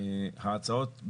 ההצעות,